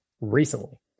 recently